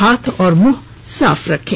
हाथ और मुंह साफ रखें